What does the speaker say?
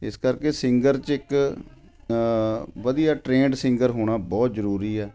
ਇਸ ਕਰਕੇ ਸਿੰਗਰ 'ਚ ਇੱਕ ਵਧੀਆ ਟ੍ਰੇਨਡ ਸਿੰਗਰ ਹੋਣਾ ਬਹੁਤ ਜ਼ਰੂਰੀ ਆ